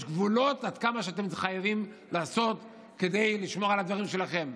יש גבולות כמה אתם חייבים לעשות כדי לשמור על הדברים שלכם.